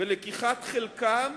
ולקיחת חלקם